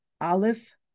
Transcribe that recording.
Aleph